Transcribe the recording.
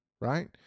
right